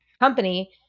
company